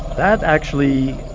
that, actually,